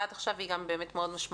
עד עכשיו והיא גם באמת מאוד משמעותית.